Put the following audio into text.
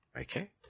Okay